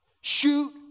Shoot